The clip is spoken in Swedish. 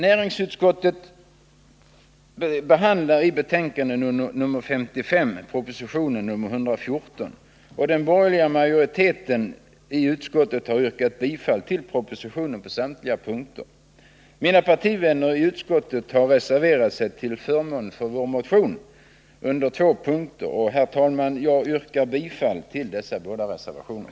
Näringsutskottet behandlar i betänkande 55 proposition 114, och utskottets borgerliga majoritet har yrkat bifall till propositionen på samtliga punkter. Mina partivänner i utskottet har reserverat sig till förmån för vår motion under två punkter, och jag yrkar bifall till dessa båda reservationer.